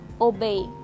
obey